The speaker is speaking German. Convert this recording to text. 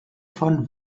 von